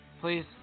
please